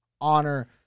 honor